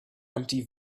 empty